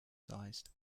sized